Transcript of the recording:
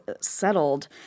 settled